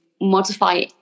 modify